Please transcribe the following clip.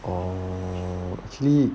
嗯 actually